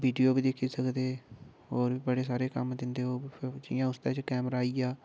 अस वीडियो बी दिखी सकदे होर बी बडे़ सारे कम्म दिंदे ओह् जि'यां उसदे च कैमरा आइया